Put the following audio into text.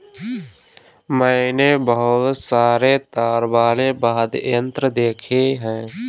मैंने बहुत सारे तार वाले वाद्य यंत्र देखे हैं